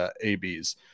ABs